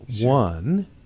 One